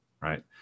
right